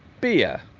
beer